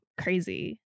crazy